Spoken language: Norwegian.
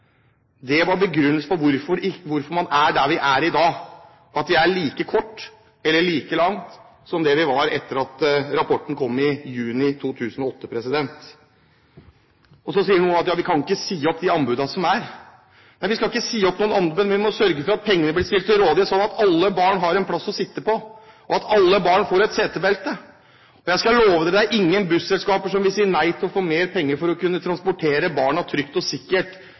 Det var begrunnelsen for hvorfor vi er der vi er i dag, at vi er like kort, eller like langt, som det vi var etter at rapporten kom i juni 2008. Så sier noen at vi ikke kan si opp de anbudene som er. Vi skal ikke si opp noen anbud, men vi bør sørge for at penger blir stilt til rådighet sånn at alle barn har en plass å sitte på, og at alle barn får et setebelte. Jeg skal love: Det er ingen busselskaper som vil si nei til å få mer penger for å transportere barna trygt og sikkert